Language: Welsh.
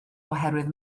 oherwydd